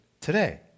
today